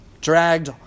Dragged